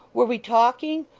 were we talking?